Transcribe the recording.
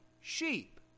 sheep